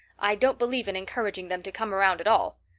i don't believe in encouraging them to come around at all.